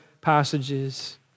passages